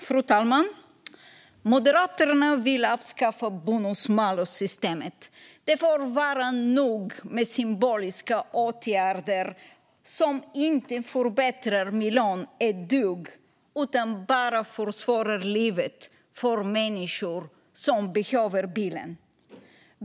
Fru talman! Moderaterna vill avskaffa bonus-malus-systemet. Det får vara nog med symboliska åtgärder som inte förbättrar miljön ett dugg utan bara försvårar livet för människor som behöver bilen.